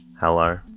Hello